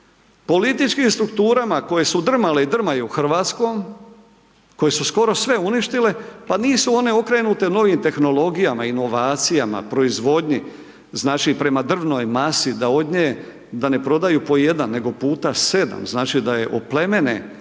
političkim strukturama koje su drmale i drmaju Hrvatskom koje su skoro sve uništile pa nisu one okrenute novim tehnologijama, inovacijama, proizvodnji znači, prema drvnoj masi da od nje da ne prodaju po jedan, nego puta 7, znači da je oplemene.